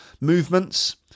movements